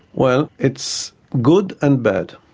well, it's good and bad.